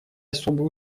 особый